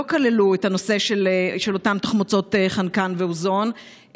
לא כללו את הנושא של אותן תחמוצות חנקן ואוזון,